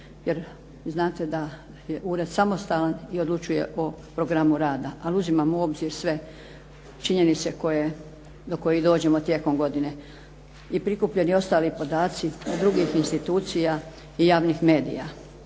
jer znate da je ured samostalan i odlučuje o programu rada. Ali uzimamo u obzir sve činjenice koje, do kojih dođemo tijekom godine i prikupljeni ostali podaci od drugih institucija i javnih medija.